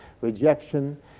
rejection